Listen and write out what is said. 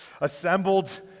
assembled